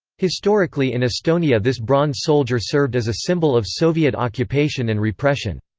historically in estonia this bronze soldier served as a symbol of soviet occupation and repression.